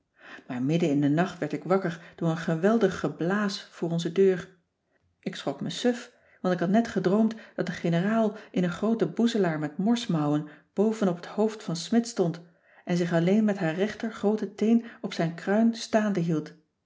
maar midden in den nacht werd ik wakker door een geweldig geblaas voor onze deur ik schrok me suf want ik had net gedroomd dat de generaal in een groote boezelaar met morsmouwen boven op het hoofd van smidt stond en zich alleen met haar rechter groote teen op zijn kruin staande hield